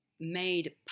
made